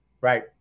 Right